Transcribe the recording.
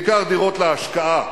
בעיקר דירות להשקעה,